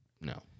No